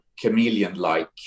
chameleon-like